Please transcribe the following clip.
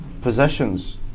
possessions